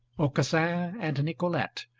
aucassin and nicolete,